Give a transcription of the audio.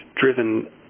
driven